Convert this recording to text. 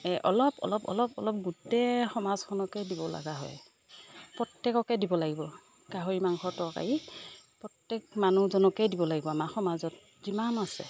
অলপ অলপ অলপ অলপ গোটেই সমাজখনকে দিব লগা হয় প্ৰত্যেককে দিব লাগিব গাহৰি মাংস তৰকাৰি প্ৰত্যেক মানুহজনকেই দিব লাগিব আমাৰ সমাজত যিমান আছে